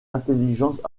intelligence